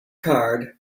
card